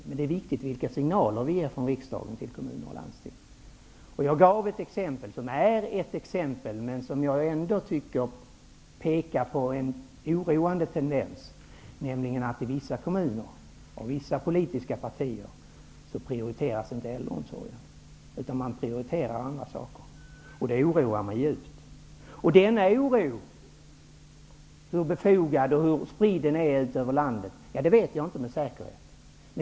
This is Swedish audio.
Men det är viktigt vilka signaler vi från riksdagen ger till kommuner och landsting. Jag gav ett exempel som jag tycker pekar på en oroande tendens, nämligen att i vissa kommuner och i vissa politiska partier prioriteras inte äldreomsorgen. I stället är det andra saker som prioriteras. Det oroar mig djupt. Jag vet inte med säkerhet hur befogad oron är eller hur pass spridd den är över landet.